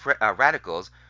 radicals